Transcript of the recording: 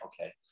okay